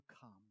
come